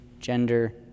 gender